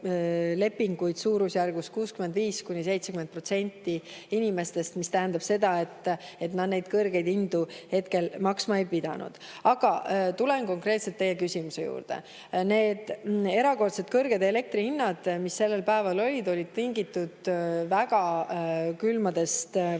sõlminud 65–70% inimestest. See tähendab seda, et nemad neid kõrgeid hindu maksma ei pidanud. Aga tulen konkreetselt teie küsimuse juurde. Need erakordselt kõrged elektri hinnad sellel päeval olid tingitud väga külmadest või